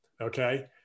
Okay